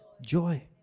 joy